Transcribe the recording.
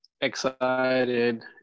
Excited